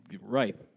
right